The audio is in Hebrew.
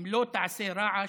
אם לא תעשה רעש,